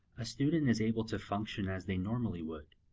a student is able to function as they normally would.